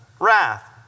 wrath